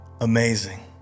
Amazing